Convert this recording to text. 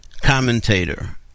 commentator